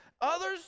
Others